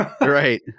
right